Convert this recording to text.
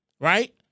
right